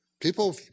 People